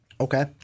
Okay